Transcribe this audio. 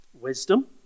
wisdom